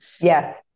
Yes